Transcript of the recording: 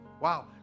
Wow